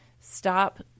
stop